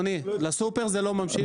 לסופר זה לא ממשיך.